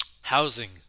housing